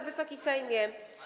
Wysoki Sejmie!